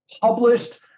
published